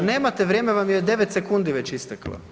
Pa nemate, vrijeme vam je 9 sekundi već isteklo.